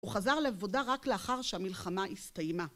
הוא חזר לבודה רק לאחר שהמלחמה הסתיימה.